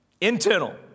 internal